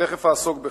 ותיכף אעסוק בכך,